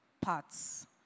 parts